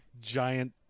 giant